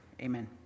amen